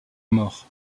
mort